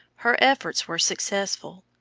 her efforts were successful.